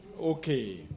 Okay